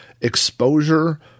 exposure